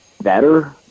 better